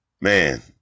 man